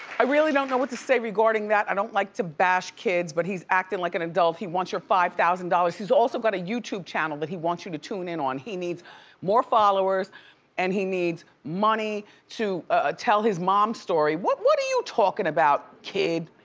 i really don't know what to say regarding that. i don't like to bash kids but he's actin' like an adult. he wants your five thousand dollars. he's also got a youtube channel that he wants you to tune in on. he needs more followers and he needs money to ah tell his mom's story. what what are you talkin' about, kid?